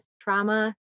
trauma